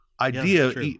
idea